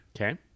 okay